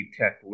tech